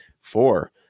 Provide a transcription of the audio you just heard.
Four